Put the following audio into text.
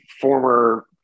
former